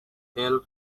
help